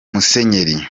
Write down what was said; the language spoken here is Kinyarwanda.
musenyeri